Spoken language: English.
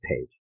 page